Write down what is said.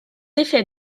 effets